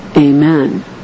Amen